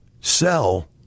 sell